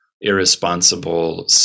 irresponsible